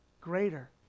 greater